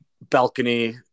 balcony